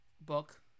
book